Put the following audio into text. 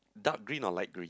dark green or light green